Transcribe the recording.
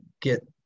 get